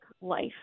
life